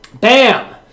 Bam